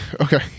Okay